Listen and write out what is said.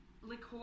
liqueur